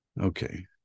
Okay